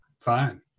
fine